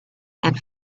and